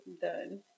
Done